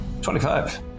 25